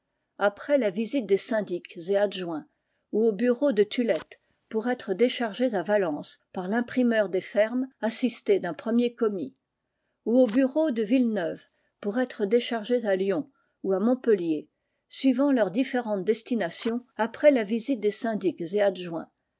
après la visite des syndics et adjoints ou au bureau de tulette pour être déchargés à valence par l'imprimeur des fermes assisté d'un premier commis ou au bureau de villeneuve pour être déchargés à lyon ou à montpellier suivant leurs différentes destinations après la visite des syndics et adjoints